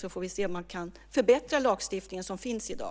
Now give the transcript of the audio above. Sedan får vi se om man kan förbättra den lagstiftning som finns i dag.